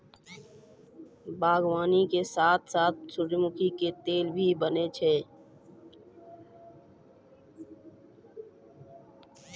बागवानी के साथॅ साथॅ सूरजमुखी के तेल भी बनै छै